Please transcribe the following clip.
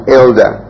elder